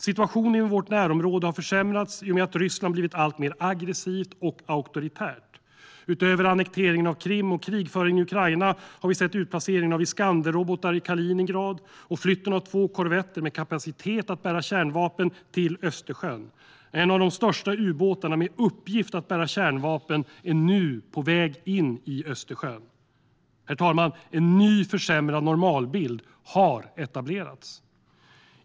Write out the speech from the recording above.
Situationen i vårt närområde har försämrats i och med att Ryssland blivit alltmer aggressivt och auktoritärt. Utöver annekteringen av Krim och krigföringen i Ukraina har vi sett utplaceringen av Iskanderrobotar i Kaliningrad och flytten av två korvetter, med kapacitet att bära kärnvapen, till Östersjön. En av de största ubåtarna med uppgift att bära kärnvapen är nu på väg in i Östersjön. Herr talman! En ny försämrad normalbild har etablerats.